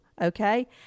okay